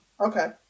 Okay